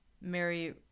Mary